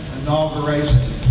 inauguration